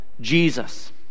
Jesus